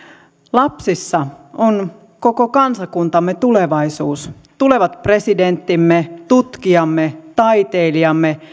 lapsissa on koko kansakuntamme tulevaisuus tulevat presidenttimme tutkijamme taiteilijamme